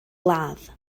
ladd